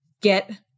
get